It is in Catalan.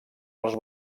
els